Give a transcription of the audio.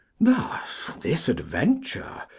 thus, this adventure,